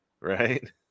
right